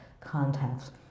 context